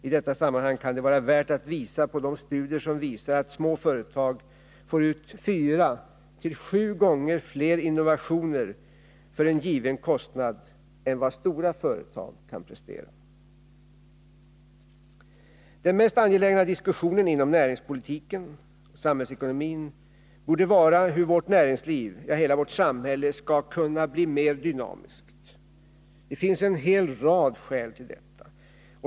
I detta sammanhang kan det vara värt att peka på de studier som visar att små företag får ut fyra till sju gånger fler innovationer för en given kostnad än stora företag. Den mest angelägna diskussionen inom näringspolitiken och samhällsekonomin borde gälla hur vårt näringsliv, ja, hela vårt samhälle, skall kunna bli mera dynamiskt. Det finns en hel rad s äl till detta.